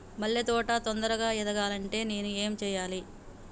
మల్లె తోట తొందరగా ఎదగాలి అంటే నేను ఏం చేయాలి?